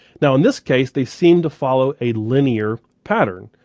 now in this case, they seem to follow a linear pattern.